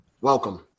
Welcome